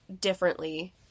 differently